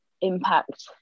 impact